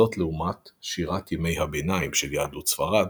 זאת לעומת שירת ימי הביניים של יהדות ספרד,